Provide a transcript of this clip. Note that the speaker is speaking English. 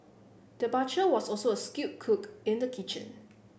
the butcher was also a skilled cook in the kitchen